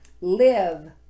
Live